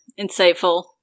insightful